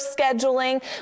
scheduling